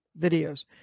videos